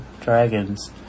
Dragons